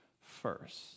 first